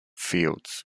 fields